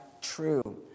true